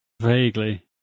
Vaguely